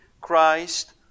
Christ